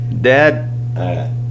Dad